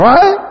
Right